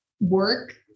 work